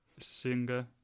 singer